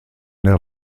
der